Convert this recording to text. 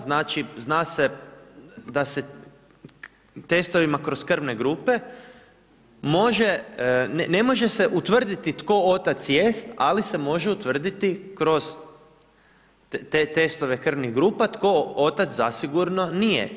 Znači, zna se da se testovima kroz krvne grupa može, ne može se utvrditi tko otac jest, ali se može utvrditi kroz te testove krvnih grupa tko otac zasigurno nije.